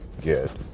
get